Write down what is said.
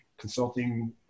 consulting